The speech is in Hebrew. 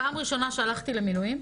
פעם ראשונה שהלכתי למילואים,